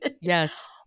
Yes